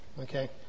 okay